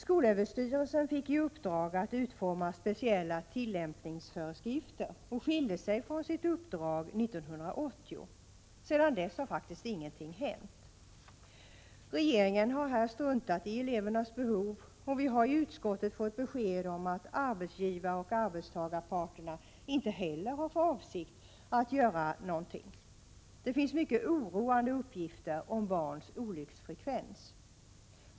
Skolöverstyrelsen fick i uppdrag att utforma speciella tillämpningsföreskrifter och skilde sig från sitt uppdrag 1980. Sedan dess har faktiskt ingenting hänt. Regeringen har här struntat i elevernas behov, och vi har i utskottet fått besked om att arbetsgivaroch arbetstagarparterna inte heller har för avsikt att göra någonting. Det finns mycket oroande uppgifter om barns olycksfrekvens.